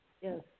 Yes